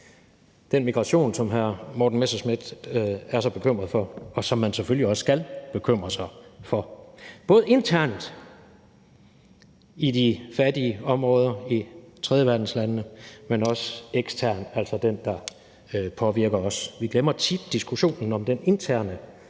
den migration, som hr. Morten Messerschmidt er så bekymret for, og som man selvfølgelig også skal bekymre sig for – både internt i de fattige områder, i tredjeverdenslandene, og også eksternt, altså det, der påvirker os. Vi glemmer tit diskussionen om den interne